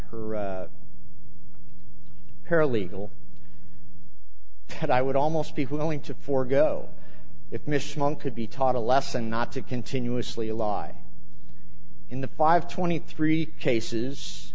her paralegal and i would almost be willing to forego if mr monk could be taught a lesson not to continuously a lie in the five twenty three cases